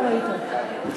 לא ראית אותו.